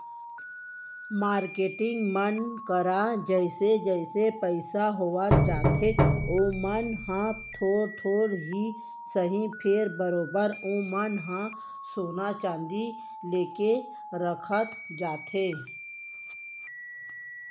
marketing मन करा जइसे जइसे पइसा होवत जाथे ओमन ह थोर थोर ही सही फेर बरोबर ओमन ह सोना चांदी लेके रखत जाथे